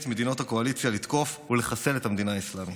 את מדינות הקואליציה לתקוף ולחסל את המדינה האסלאמית,